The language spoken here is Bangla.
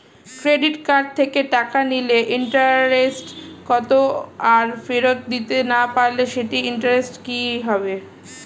ক্রেডিট কার্ড থেকে টাকা নিলে ইন্টারেস্ট কত আর ফেরত দিতে না পারলে সেই ইন্টারেস্ট কি হবে?